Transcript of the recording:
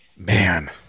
man